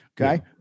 okay